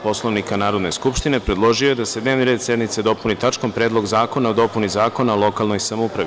Poslovnika Narodne skupštine, predložio je da se dnevni red sednice dopuni tačkom – Predlog zakona o dopuni Zakona o lokalnoj samoupravi.